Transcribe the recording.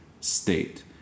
state